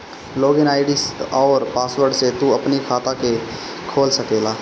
log in ID अउरी password से तू अपनी खाता के खोल सकेला